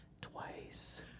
twice